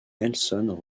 nelson